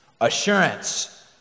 Assurance